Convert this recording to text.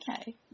Okay